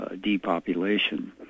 depopulation